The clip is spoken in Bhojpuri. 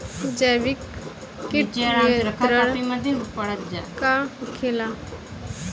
जैविक कीट नियंत्रण का होखेला?